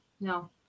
no